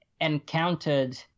encountered